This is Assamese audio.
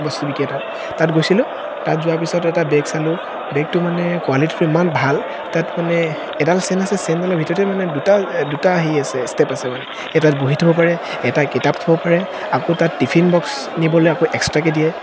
বস্তু বিকে তাত তাত গৈছিলোঁ তাত যোৱা পিছত এটা বেগ চালোঁ বেগটো মানে কুৱালিটিটো ইমান ভাল তাত মানে এডাল চেইন আছে চেইনডালৰ ভিতৰতে মানে দুটা দুটা হেৰি আছে ষ্টেপ আছে মানে এটাত বহী থব পাৰে এটা কিতাপ থ'ব পাৰে আকৌ তাত টিফিন বক্স নিবলৈ আকৌ এক্সট্ৰাকৈ দিয়ে